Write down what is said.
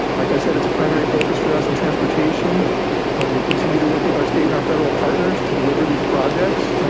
like i said, it's a primary focus for us in transportation. we continue to work with our state and our federal partners to deliver these projects,